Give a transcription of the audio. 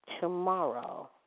tomorrow